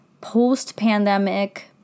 post-pandemic